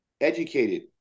educated